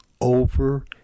over